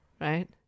right